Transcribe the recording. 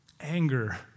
Anger